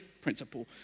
principle